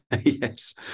Yes